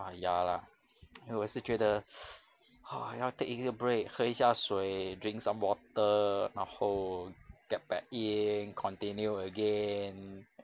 ah ya lah 因为我是觉得 ah 要 take 一个 break 喝一下水 drink some water 然后 get back in continue again